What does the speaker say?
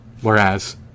whereas